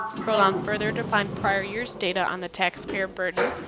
scroll down further to find prior years data on the taxpayer burden,